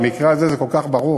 במקרה הזה זה כל כך ברור,